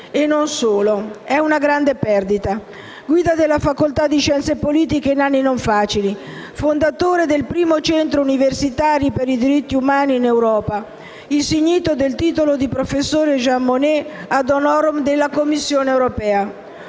e non solo. È una grande perdita: guida della facoltà di scienze politiche in anni non facili, fondatore del primo Centro universitario per i diritti umani in Europa, insignito del titolo di professore Jean Monnet *ad honorem* dalla Commissione europea.